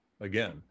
again